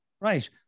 Right